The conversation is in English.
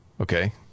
Okay